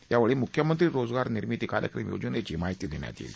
यावेळी मुख्यमंत्री रोजगार निर्मिती कार्यक्रम योजनेची माहिती देण्यात येणार आहेत